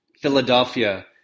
Philadelphia